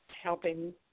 helping